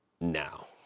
now